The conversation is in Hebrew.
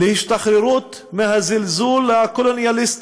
להשתחררות מהזלזול הקולוניאליסטי,